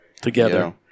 together